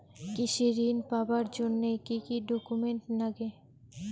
কৃষি ঋণ পাবার জন্যে কি কি ডকুমেন্ট নাগে?